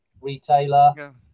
retailer